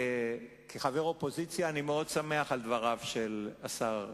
כחבר אופוזיציה אני מאוד שמח על דבריו של השר ליברמן,